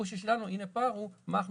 הקושי שלנו הינה פער מה אנחנו